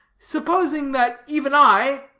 supposing that even i,